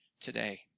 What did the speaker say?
today